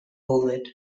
ovid